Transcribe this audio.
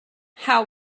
how